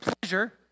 pleasure